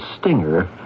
stinger